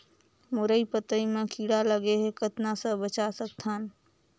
मुरई पतई म कीड़ा लगे ह कतना स बचा सकथन?